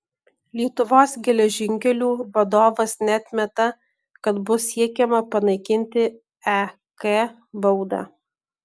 lietuvos geležinkelių vadovas neatmeta kad bus siekiama panaikinti ek baudą